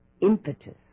impetus